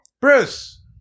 Bruce